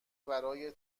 برای